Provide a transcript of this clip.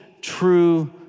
true